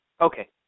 Okay